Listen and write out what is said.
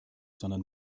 sondern